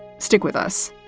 stick with us